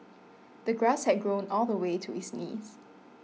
the grass had grown all the way to his knees